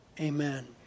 amen